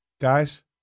Guys